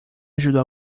ajudou